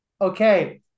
Okay